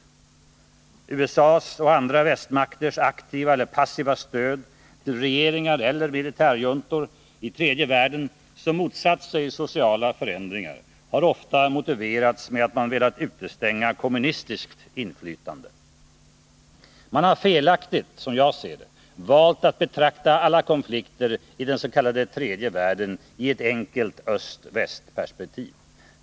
USA:s och andra västmakters aktiva eller passiva stöd till regeringar eller militärjuntor i tredje världen som motsatt sig sociala förändringar har ofta motiverats med att man velat utestänga kommunistiskt inflytande. Man har felaktigt, som jag ser det, valt att betrakta alla konflikter i den s.k. tredje världen i ett enkelt öst-västperspektiv.